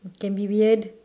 can be weird